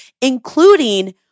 including